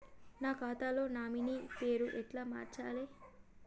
నా ఖాతా లో నామినీ పేరు ఎట్ల మార్చాలే?